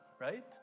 right